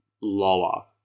lower